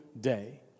day